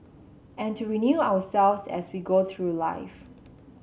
and to renew ourselves as we go through life